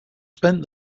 spent